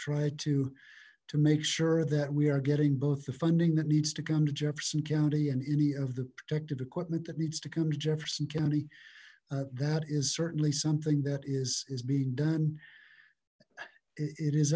try to to make sure that we are getting both the funding that needs to come to jefferson county and any of the protective equipment that needs to come to jefferson county that is certainly something that is is being done it is